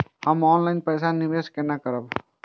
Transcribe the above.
हम ऑनलाइन पैसा निवेश केना करब?